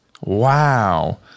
Wow